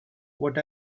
what